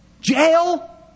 Jail